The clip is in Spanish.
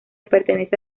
pertenece